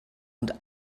und